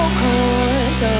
cause